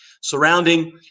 surrounding